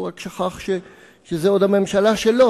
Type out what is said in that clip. הוא רק שכח שזו עוד הממשלה שלו,